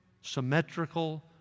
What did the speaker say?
symmetrical